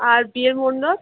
আর বিয়ের মণ্ডপ